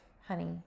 honey